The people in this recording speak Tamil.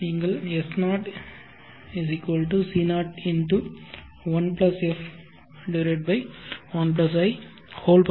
எனவே நீங்கள் S0C0×1f1in